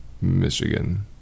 Michigan